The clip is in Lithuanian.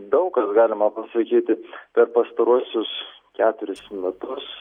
daug kas galima pasakyti per pastaruosius keturis metus